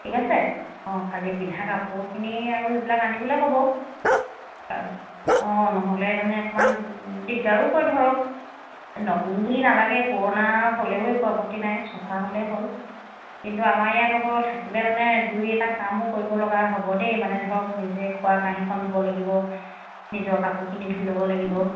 ঠিক আছে অঁ খালি পিন্ধা কাপোৰখিনি আৰু সেইবিলাক আনিবলৈ ক'ব অঁ নহ'লে মানে অকমান দিগদাৰো হয় ধৰক নতুন বুলি নালাগে পুৰণা হ'লেও একো আপত্তি নাই চফা হ'লেই হ'ল কিন্তু আমাৰ ইয়াত আকৌ থাকিলে মানে দুই এটা কামো কৰিব লগা হ'ব দেই মানে ধৰক নিজে খোৱা কাঁহীখন ধুব লাগিব নিজৰ কাপোৰখিনি ধুই ল'ব লাগিব